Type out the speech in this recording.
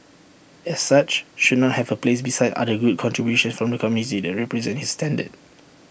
as such should not have A place beside other good contributions from the community that represent his standard